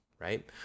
Right